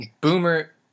Boomer